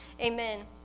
Amen